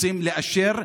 רוצים לאשר,